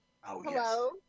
Hello